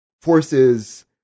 forces